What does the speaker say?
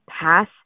pass